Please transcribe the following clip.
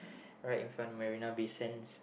right in front of Marina-Bay-Sands